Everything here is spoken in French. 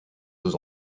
deux